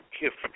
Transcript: gift